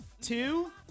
two